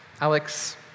Alex